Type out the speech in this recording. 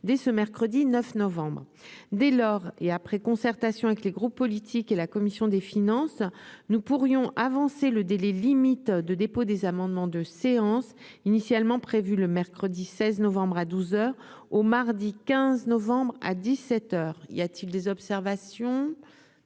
dès ce mercredi 9 novembre dès lors et après concertation avec les groupes politiques et la commission des finances, nous pourrions avancer le délai limite de dépôt des amendements de séance initialement prévu le mercredi 16 novembre à 12 heures au mardi 15 novembre à 17 heures il y a-t-il des observations,